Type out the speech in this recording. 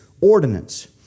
ordinance